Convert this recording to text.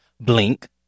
Blink